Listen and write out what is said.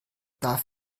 darf